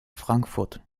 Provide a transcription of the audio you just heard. frankfurt